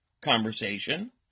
conversation